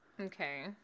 Okay